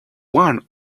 one